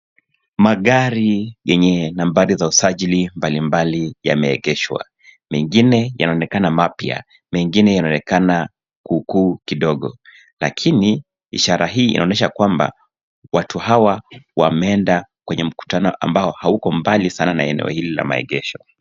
Magari yenye nambari za usajili mbalimbali yameegeshwa, mengine yanaonekana mapya, mengine yanaonekana kuukuu kidogo lakini ishara hii inaonyesha kwamba watu hawa wameenda kwenye mkutano ambao hauko mbali sana na eneo hili la maegesho.